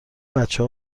بچه